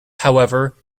however